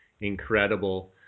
incredible